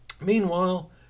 Meanwhile